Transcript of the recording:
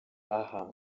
aha